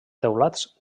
teulats